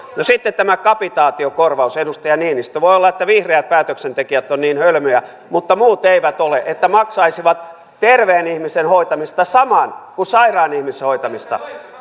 no sitten tämä kapitaatiokorvaus edustaja niinistö voi olla että vihreät päätöksentekijät ovat niin hölmöjä mutta muut eivät ole että maksaisivat terveen ihmisen hoitamisesta saman kuin sairaan ihmisen hoitamisesta